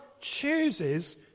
chooses